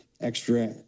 extra